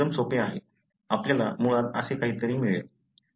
ते एकदम सोपे आहे आपल्याला मुळात असे काहीतरी मिळेल